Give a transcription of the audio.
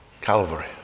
Calvary